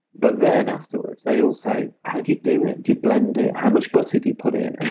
but then afterwards, they all say, how do you do it? do you blend it? how much butter do you put in?